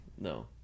no